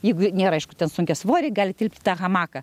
jeigu nėra aišku ten sunkiasvoriai gali tilpt į tą hamaką